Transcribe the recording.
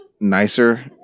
nicer